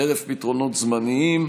חרף פתרונות זמניים.